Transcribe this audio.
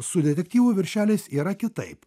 su detektyvo viršeliais yra kitaip